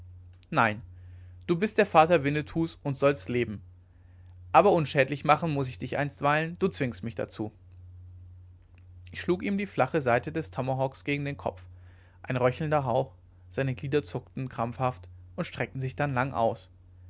nein du bist der vater winnetous und sollst leben aber unschädlich machen muß ich dich einstweilen du zwingst mich dazu ich schlug ihm die flache seite des tomahawk gegen den kopf ein röchelnder hauch seine glieder zuckten krampfhaft und streckten sich dann lang aus